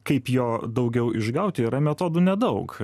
kaip jo daugiau išgauti yra metodų nedaug